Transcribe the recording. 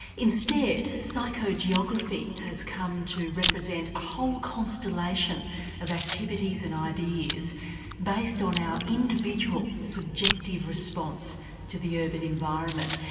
instead psychogeography has come to represent a whole constellation of activities and ideas based on our individual subjective response to the urban environment.